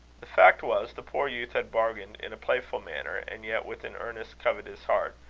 the fact was, the poor youth had bargained, in a playful manner, and yet with an earnest, covetous heart,